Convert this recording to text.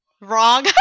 Wrong